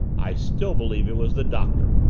i still believe it was the doctor,